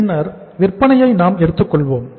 பின்னர் விற்பனையை நாம் எடுத்துக்கொள்வோம்